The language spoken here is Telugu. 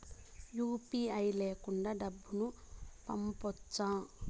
యు.పి.ఐ లేకుండా డబ్బు పంపొచ్చా